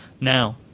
Now